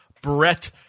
Brett